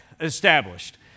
established